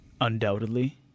undoubtedly